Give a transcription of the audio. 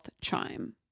chime